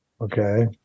Okay